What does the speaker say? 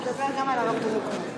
תדבר גם על הרב דרוקמן.